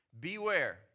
Beware